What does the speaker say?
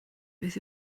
beth